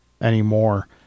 anymore